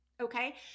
okay